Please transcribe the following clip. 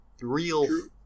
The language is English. Real